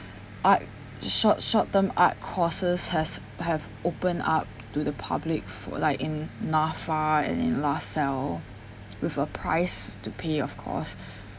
art short short term art courses has have opened up to the public for like in NAFA and in lasalle with a price to pay of course